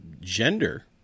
gender